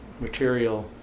material